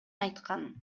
айткан